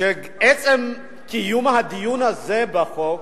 שעצם קיום הדיון הזה בחוק